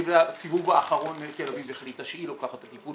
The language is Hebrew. בסיבוב האחרון עיריית תל אביב החליטה שהיא לוקחת את הטיפול